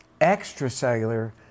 extracellular